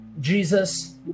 Jesus